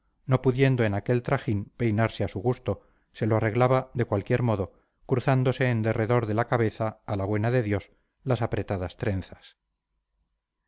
no pudiendo en aquel trajín peinarse a su gusto se lo arreglaba de cualquier modo cruzándose en derredor de la cabeza a la buena de dios las apretadas trenzas